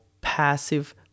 passive